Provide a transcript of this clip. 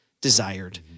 desired